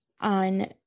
on